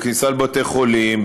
בכניסה לבתי-חולים,